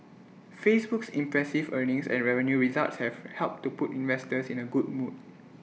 Facebook's impressive earnings and revenue results have helped to put investors in A good mood